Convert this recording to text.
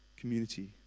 community